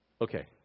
Okay